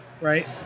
Right